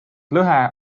lõhe